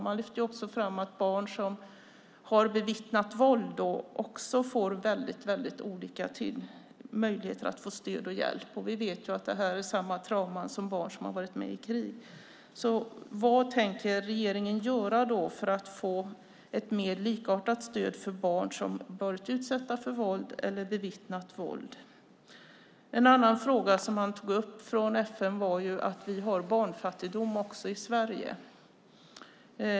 Man lyfter fram att barn som bevittnat våld har väldigt olika möjligheter att få stöd och hjälp. Vi vet att detta är samma trauman som hos barn som varit med om krig. Vad tänker alltså regeringen göra för att få ett mer likartat stöd för barn som varit utsatta för våld eller bevittnat våld? En annan fråga som FN tog upp är att vi har barnfattigdom också i Sverige.